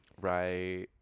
Right